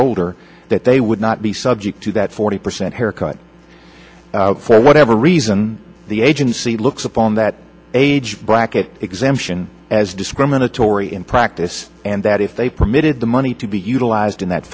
older that they would not be subject to that forty percent haircut for whatever reason the agency looks upon that age bracket exemption as discriminatory in practice and that if they permitted the money to be utilized in that